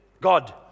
God